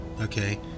okay